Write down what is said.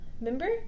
Remember